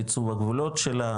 עיצוב הגבולות שלה,